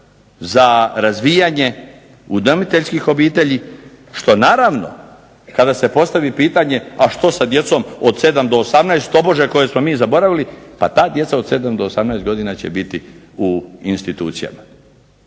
za razvijanje udomiteljskih obitelji što naravno kada se postavi pitanje, a što sa djecom od 7 do 18 tobože koje smo mi zaboravili? Pa djeca od 7 do 18 godina će biti u institucijama.